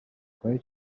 کاری